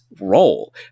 role